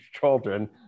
children